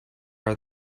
are